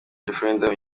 referendum